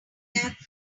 attack